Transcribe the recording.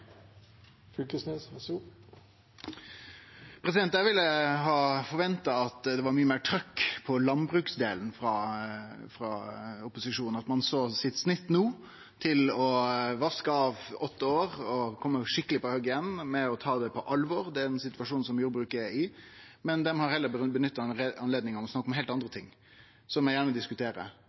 Eg ville forvente at det var mykje meir trykk på landbruksdelen frå opposisjonen, at dei no såg sitt snitt til å vaske av seg åtte år og kome skikkelig på hogget igjen ved å ta på alvor den situasjonen jordbruket er i, men dei har heller nytta anledninga til å snakke om heilt andre ting, som eg gjerne